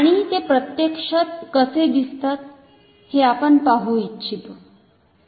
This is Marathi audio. आणि ते प्रत्यक्षात कसे दिसतात हे आपण पाहु इछितो